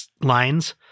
lines